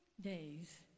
days